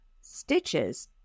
stitches